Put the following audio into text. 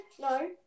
no